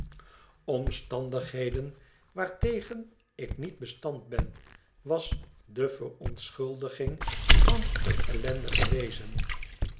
omstandigheden waartegen ik niet bestand ben was de verontschuldiging van het ellendige wezen